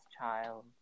Child